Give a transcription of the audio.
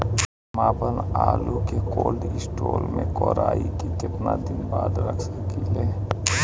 हम आपनआलू के कोल्ड स्टोरेज में कोराई के केतना दिन बाद रख साकिले?